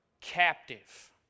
captive